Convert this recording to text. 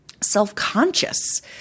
self-conscious